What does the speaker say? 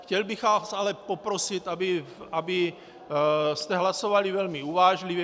Chtěl bych vás ale poprosit, abyste hlasovali velmi uvážlivě.